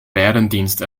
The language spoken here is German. bärendienst